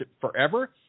forever